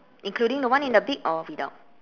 including the one in the beak or without